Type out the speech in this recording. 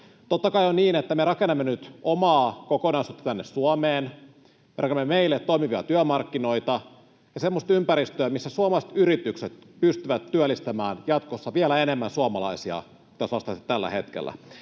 Totta kai on niin, että me rakennamme nyt omaa kokonaisuutta tänne Suomeen. Me rakennamme meille toimivia työmarkkinoita ja semmoista ympäristöä, missä suomalaiset yritykset pystyvät työllistämään jatkossa vielä enemmän suomalaisia kuin tällä hetkellä.